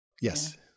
Yes